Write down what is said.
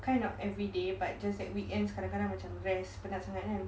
kind of everyday but just like weekends kadang-kadang macam rest penat sangat kan